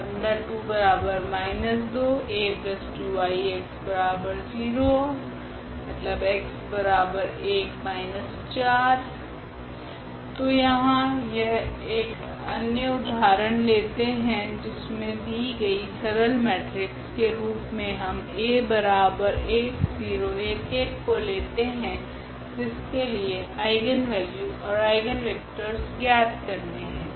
तो x11T 𝜆2−2𝐴2𝐼𝑥0𝑥1 −4𝑇 तो यहाँ एक अन्य उदाहरण लेते है जिसमे दि गई सरल मेट्रिक्स के रूप मे हम को लेते है जिसके लिए आइगनवेल्यूस ओर आइगनवेक्टरस ज्ञात करने है